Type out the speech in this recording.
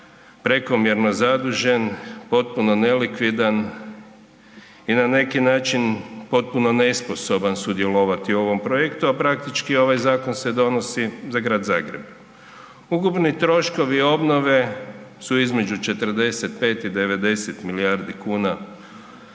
prekomjerno zadužen, potpuno nelikvidan i na neki način potpuno nesposoban sudjelovati u ovom projektu, a praktički ovaj zakon se donosi za Grad Zagreb. Ukupni troškovi obnove su između 45 i 90 milijardi kuna.